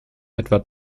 etwa